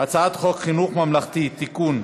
הצעת חוק חינוך ממלכתי (תיקון,